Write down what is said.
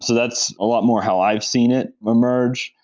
so that's a lot more how i've seen it emerge.